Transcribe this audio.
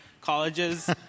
colleges